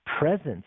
presence